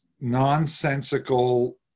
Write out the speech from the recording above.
Nonsensical